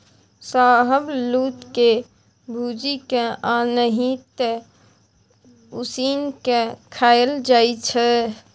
शाहबलुत के भूजि केँ आ नहि तए उसीन के खाएल जाइ छै